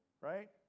right